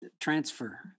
transfer